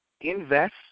invest